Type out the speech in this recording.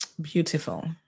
Beautiful